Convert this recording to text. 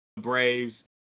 braves